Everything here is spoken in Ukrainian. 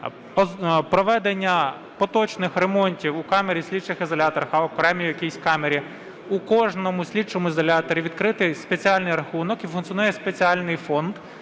проведення поточних ремонтів у камерах слідчих ізоляторів, окремій якійсь камері, у кожному слідчому ізоляторі, відкритий спеціальний рахунок і функціонує спеціальний фонд,